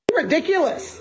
ridiculous